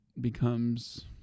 becomes